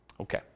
Okay